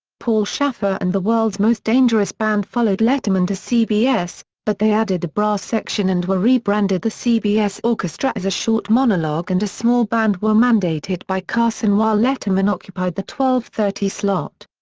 paul shaffer and the world's most dangerous band followed letterman to cbs, cbs, but they added a brass section and were rebranded the cbs orchestra as a short monologue and a small band were mandated by carson while letterman occupied the twelve thirty slot.